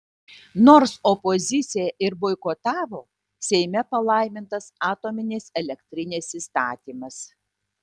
nors opozicija ir boikotavo seime palaimintas atominės elektrinės įstatymas